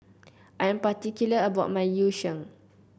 I am particular about my Yu Sheng